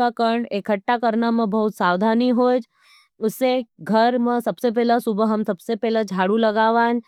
के कण इकट्ठा करने में आसानी होई। घर में हम सबसे पहले सुबह झाड़ू लगावन।